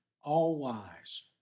all-wise